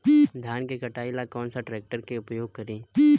धान के कटाई ला कौन सा ट्रैक्टर के उपयोग करी?